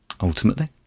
ultimately